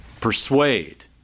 persuade